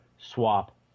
swap